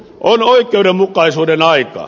on oikeudenmukaisuuden aika